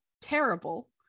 terrible